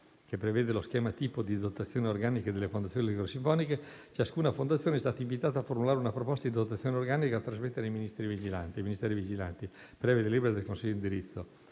che prevede lo schema tipo di dotazione organica delle fondazioni lirico-sinfoniche, ciascuna fondazione è stata invitata a formulare una proposta di dotazione organica da trasmettere ai Ministeri vigilanti, previa delibera del consiglio d'indirizzo